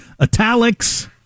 italics